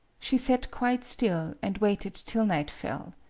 she sat quite still, and waited till night fell.